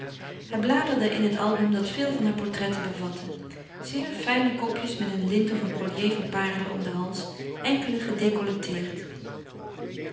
hij bladerde in den album die veel van hare portretten bevatte zeer fijne kopjes met een lint of een collier van parelen om den hals enkele